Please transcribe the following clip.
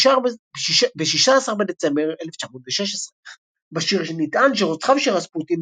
ב-16 בדצמבר 1916. בשיר נטען שרוצחיו של רספוטין